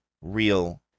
real